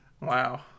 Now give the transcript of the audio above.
Wow